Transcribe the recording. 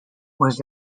was